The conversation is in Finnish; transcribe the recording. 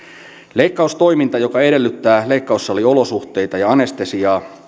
leikkaustoiminta joka edellyttää leikkaussaliolosuhteita ja anestesiaa